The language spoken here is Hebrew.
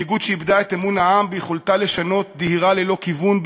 מנהיגות שאיבדה את אמון העם ביכולתה לשנות דהירה ללא כיוון,